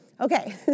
Okay